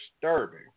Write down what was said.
disturbing